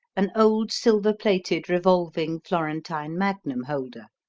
an old, silver-plated, revolving florentine magnum-holder.